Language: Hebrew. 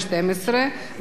והצו השני,